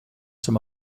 some